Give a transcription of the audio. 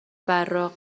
براق